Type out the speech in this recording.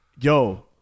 Yo